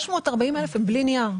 640 אלף הם בלי נייר.